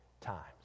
times